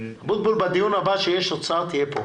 אבוטבול, בדיון הבא שיהיה האוצר, תהיה פה.